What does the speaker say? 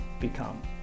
become